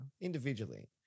individually